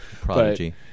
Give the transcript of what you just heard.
Prodigy